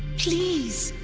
please.